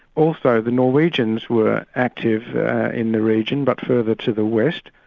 also the norwegians were active in the region, but further to the west,